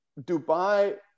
Dubai